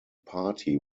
party